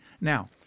Now